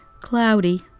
cloudy